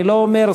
אני לא אומר,